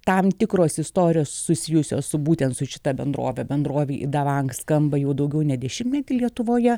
tam tikros istorijos susijusios su būtent su šita bendrove bendrovei idavanks skamba jau daugiau nei dešimtmetį lietuvoje